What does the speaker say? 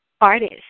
artist